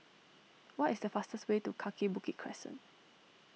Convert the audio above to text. what is the fastest way to Kaki Bukit Crescent